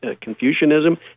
Confucianism